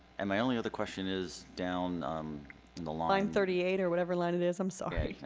and my only other question is down the. line thirty eight or whatever line it is? i'm sorry.